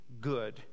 good